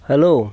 hello